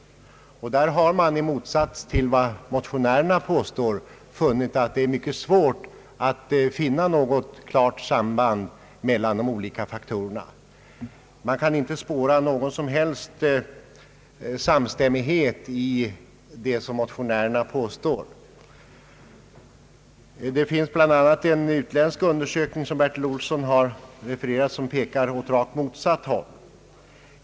I dessa undersökningar har man, i motsats till vad motionärerna påstår, konstaterat att det är mycket svårt att finna något klart samband mellan de olika faktorerna. Man kan i dessa undersökningar inte spåra någon som helst samstämmighet med motionärernas påståenden. En utländsk undersökning, som Bertil Olsson refererar till, pekar också åt rakt motsatt håll.